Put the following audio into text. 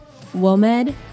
WOMED